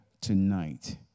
tonight